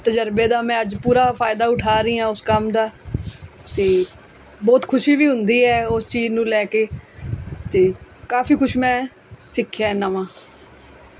ਤਜ਼ਰਬੇ ਦਾ ਮੈਂ ਅੱਜ ਪੂਰਾ ਫਾਇਦਾ ਉਠਾ ਰਹੀ ਹਾਂ ਉਸ ਕੰਮ ਦਾ ਅਤੇ ਬਹੁਤ ਖੁਸ਼ੀ ਵੀ ਹੁੰਦੀ ਹੈ ਉਸ ਚੀਜ਼ ਨੂੰ ਲੈ ਕੇ ਅਤੇ ਕਾਫੀ ਕੁਛ ਮੈਂ ਸਿੱਖਿਆ ਨਵਾਂ